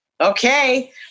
Okay